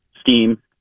Steam